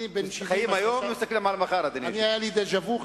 אני בן 70, היה לי דז'ה-וו.